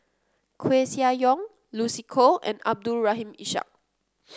Koeh Sia Yong Lucy Koh and Abdul Rahim Ishak